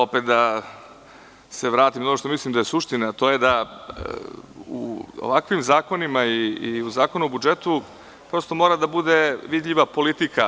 Opet da se vratim na ono što mislim da je suština, a to je da u ovakvim zakonima i Zakonu o budžetu mora da bude vidljiva politika.